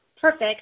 perfect